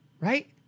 right